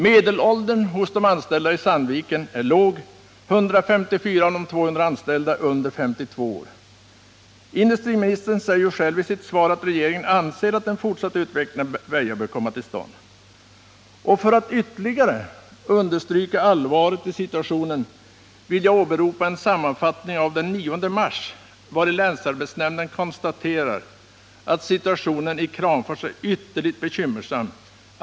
Medelåldern hos de anställda i Sandviken är låg — 154 av de 200 anställda är under 52 år. Industriministern säger själv i sitt svar att regeringen anser att en fortsatt utveckling av Väja bör komma till stånd. För att ytterligare understryka allvaret i situationen vill jag åberopa en sammanfattning av den 9 mars, vari länsarbetsnämnden konstaterar att situationen i Kramfors är ytterligt bekymmersam.